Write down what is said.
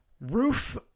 Roof –